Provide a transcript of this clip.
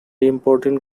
important